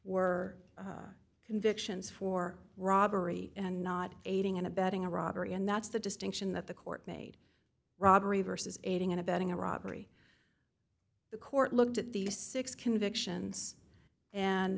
were convictions for robbery and not aiding and abetting a robbery and that's the distinction that the court made robbery versus aiding and abetting a robbery the court looked at these six convictions and